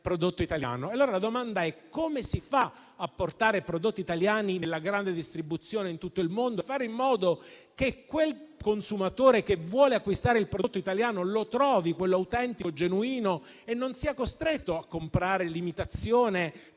la domanda è: come si fa a portare prodotti italiani nella grande distribuzione in tutto il mondo e a fare in modo che il consumatore che vuole acquistare il prodotto italiano trovi quello autentico e genuino e non sia costretto a comprare l'imitazione,